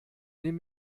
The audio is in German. nimm